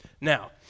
Now